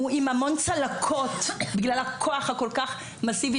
הוא עם המון צלקות בגלל הכוח הכול-כך מאסיבי